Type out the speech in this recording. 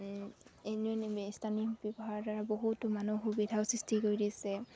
স্থানীয় ব্যৱহাৰৰ দ্বাৰা বহুতো মানুহ সুবিধাও সৃষ্টি কৰি দিছে